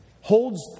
holds